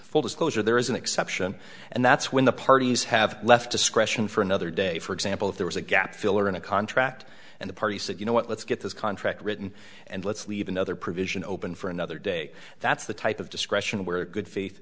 full disclosure there is an exception and that's when the parties have left discretion for another day for example if there was a gap filler in a contract and the party said you know what let's get this contract written and let's leave another provision open for another day that's the type of discretion where a good faith